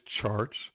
charts